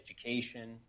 education